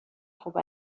خوب